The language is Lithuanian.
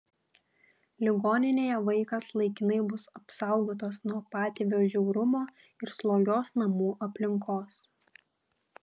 ligoninėje vaikas laikinai bus apsaugotas nuo patėvio žiaurumo ir slogios namų aplinkos